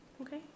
okay